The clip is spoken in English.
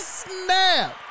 snap